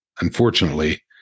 Unfortunately